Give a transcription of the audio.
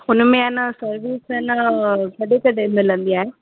हुनमें आहे न सर्विस हे न कॾहिं कॾहिं मिलंदी आहे